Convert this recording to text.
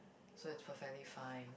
so it's perfectly fine